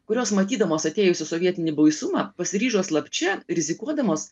kurios matydamos atėjus į sovietinį blaisumą pasiryžo slapčia rizikuodamos